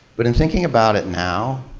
but in thinking about it now,